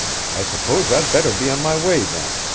i suppose i'd better be on my way then.